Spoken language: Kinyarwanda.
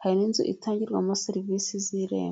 hari n'inzu itangirwamo serivisi z'irembo.